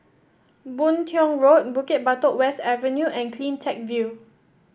Boon Tiong Road Bukit Batok West Avenue and CleanTech View